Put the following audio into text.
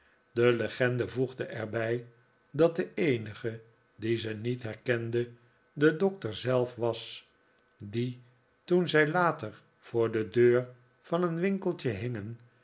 de legende voegde er bij dat de eenige die ze niet herkende de doctor zelf was die toen zij later voor de deur van een winkeltje hingen